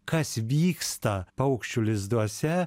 kas vyksta paukščių lizduose